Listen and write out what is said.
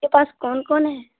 आपके पास कौन कौन है